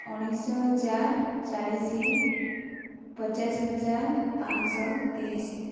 ଉଣେଇଶ ହଜାର ଚାଳିଶ ପଚାଶ ହଜାର ପାଞ୍ଚ ଶହ ତିରିଶ